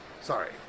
Sorry